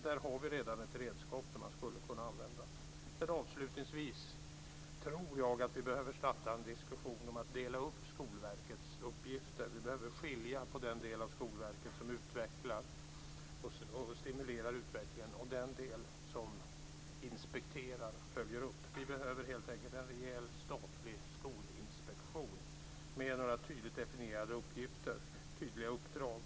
Där har vi redan ett redskap som man skulle kunna använda. Avslutningsvis tror jag att vi behöver starta en diskussion om att dela upp Skolverkets uppgifter. Vi behöver skilja på den del av Skolverket som utvecklar och stimulerar och den del som inspekterar och följer upp. Vi behöver helt enkelt en rejäl statlig skolinspektion med tydligt definierade uppgifter och tydliga uppdrag.